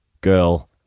girl